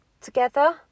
together